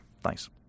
Thanks